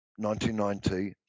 1990